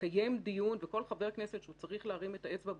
מתקיים דיון וכל חבר כנסת שצריך להרים את האצבע במליאה,